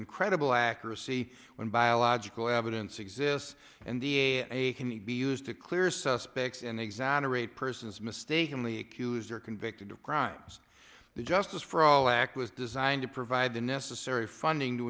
incredible accuracy when biological evidence exists and the a can be used to clear suspects and exaggerate persons mistakenly accuse are convicted of crimes the justice for all act was designed to provide the necessary funding to